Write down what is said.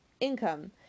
income